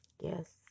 Yes